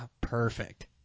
Perfect